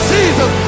Jesus